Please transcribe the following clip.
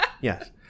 yes